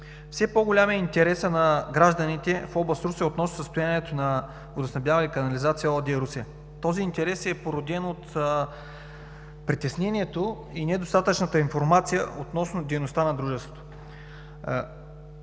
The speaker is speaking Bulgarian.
Все по-голям е интересът на гражданите в област Русе относно състоянието на „Водоснабдяване и канализация“ ООД – Русе. Този интерес е породен от притеснението и недостатъчната информация относно дейността на дружеството.